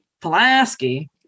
Pulaski